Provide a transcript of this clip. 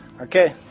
okay